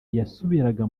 yasubiraga